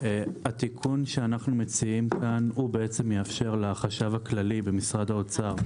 התיקון שאנחנו מציעים כאן יאפשר לחשב הכללי במשרד האוצר,